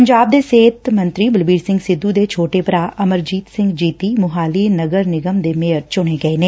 ਪੰਜਾਬ ਦੇ ਸਿਹਤ ਮੰਤਰੀ ਬਲਬੀਰ ਸਿੰਘ ਸਿੱਧੂ ਦੇ ਛੋਟੇ ਭਰਾ ਅਮਰਜੀਤ ਸਿੰਘ ਜੀਤੀ ਮੁਹਾਲੀ ਨਗਰ ਨਿਗਮ ਦੇ ਮੇਅਰ ਚੁਣੇ ਗਏ ਨੇ